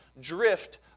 drift